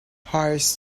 hires